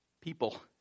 people